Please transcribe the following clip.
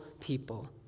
people